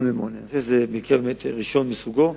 זה מקרה ראשון מסוגו,